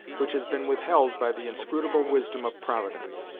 which has been withheld by the inscrutable wisdom of providence.